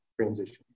transition